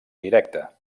directa